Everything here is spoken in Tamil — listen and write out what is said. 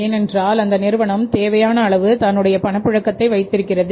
ஏனென்றால் அந்த நிறுவனம் தேவையான அளவு தன்னுடைய பணப்புழக்கத்தை வைத்திருக்கிறது